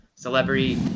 celebrity